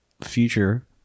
future